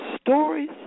stories